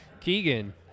Keegan